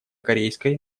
корейской